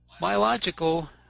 Biological